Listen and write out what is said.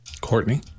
Courtney